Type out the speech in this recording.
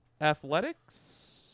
athletics